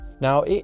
Now